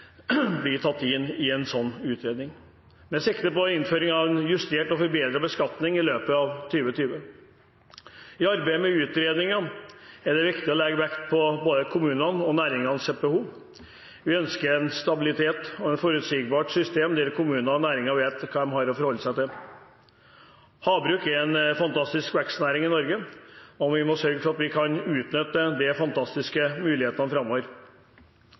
sikte på innføring av en justert og forbedret beskatning i løpet av 2020. I arbeidet med utredningen er det viktig å legge vekt på både kommunenes og næringens behov. Vi ønsker stabilitet og et forutsigbart system der kommunene og næringen vet hva de har å forholde seg til. Havbruk er en fantastisk vekstnæring i Norge, og vi må sørge for at vi kan utnytte de fantastiske mulighetene framover.